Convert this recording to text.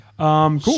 Cool